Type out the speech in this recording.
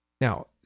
Now